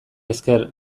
esker